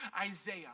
Isaiah